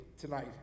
tonight